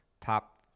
top